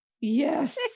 yes